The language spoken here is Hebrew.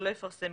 ולא יפרסם,